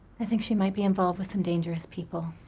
i think she might be involved with some dangerous people.